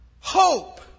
hope